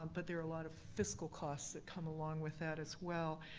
um but there are a lot of fiscal costs that come along with that as well.